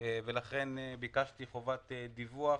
ולכן ביקשתי חובת דיווח,